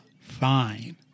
fine